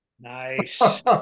Nice